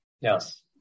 Yes